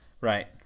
Right